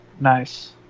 Nice